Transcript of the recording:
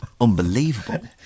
unbelievable